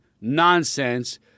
nonsense